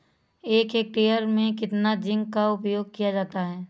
एक हेक्टेयर में कितना जिंक का उपयोग किया जाता है?